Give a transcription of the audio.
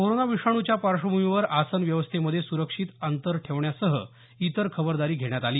corona विषाणूच्या पार्श्वभूमीवर आसन व्यवस्थेमध्ये सुरक्षित अंतर ठेवण्यासह इतर खबरदारी घेण्यात आली